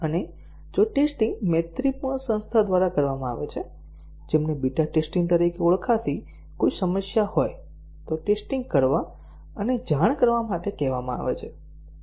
અને જો ટેસ્ટીંગ મૈત્રીપૂર્ણ સંસ્થા દ્વારા કરવામાં આવે છે જેમને બીટા ટેસ્ટીંગ તરીકે ઓળખાતી કોઈ સમસ્યા હોય તો ટેસ્ટીંગ કરવા અને જાણ કરવા માટે કહેવામાં આવે છે